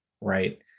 right